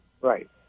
Right